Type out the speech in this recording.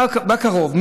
בקרוב,